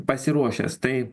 pasiruošęs tai